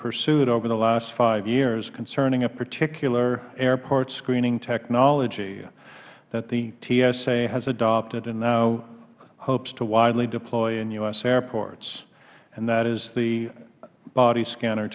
pursued over the last five years concerning a particular airport screening technology that the tsa has adopted and now hopes to widely deploy in u s airports and that is the body scanner